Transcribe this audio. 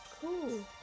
Cool